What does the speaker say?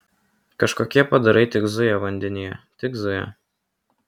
kažkokie padarai tik zuja vandenyje tik zuja